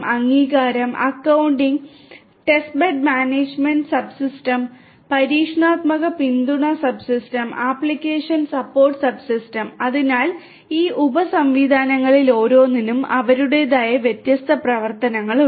അതിനാൽ ഈ ഉപ സംവിധാനങ്ങളിൽ ഓരോന്നിനും അവരുടേതായ വ്യത്യസ്ത പ്രവർത്തനങ്ങളുണ്ട്